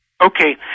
Okay